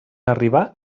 arribar